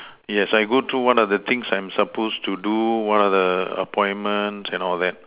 yes I go through what are the things I'm supposed to do what are the appointments and all that